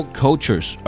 cultures